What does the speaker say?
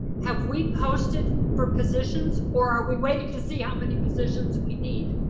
have we posted for positions or are we waiting to see how many positions we need?